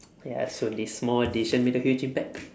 ya so this small decision made a huge impact